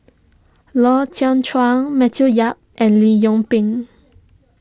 Lau Teng Chuan Matthew Yap and Lee Yoon Pin